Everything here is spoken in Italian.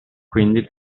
quindi